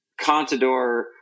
Contador